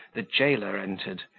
the jailer entered,